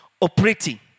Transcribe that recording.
operating